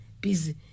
busy